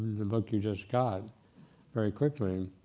the book you just got very quickly.